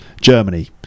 germany